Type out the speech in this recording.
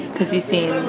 because you seem-fine